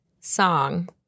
song